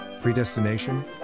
predestination